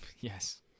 Yes